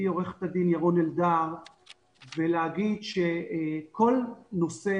עורכת הדין ירון-אלדר ולהגיד שכל הנושא